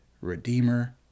Redeemer